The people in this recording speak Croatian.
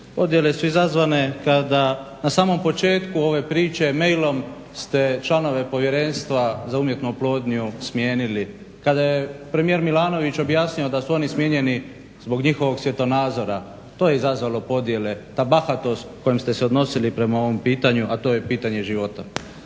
Podjele su izazvane, kada na samom početku ove priče mailom ste članove povjerenstva za umjetnu oplodnju smijenili. Kada je premijer Milanović objasnio da su oni smijenjeni zbog njihovog svjetonazora, to je izazvalo podjele, ta bahatost kojom ste se odnosili prema ovom pitanju, a to je pitanje života.